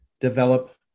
Develop